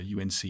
UNC